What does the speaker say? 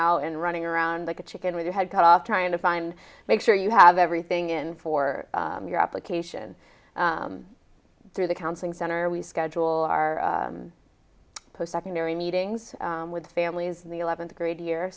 out and running around like a chicken with your head cut off trying to find make sure you have everything in for your application through the counseling center we schedule our post secondary meetings with the families in the eleventh grade year